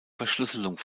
verschlüsselung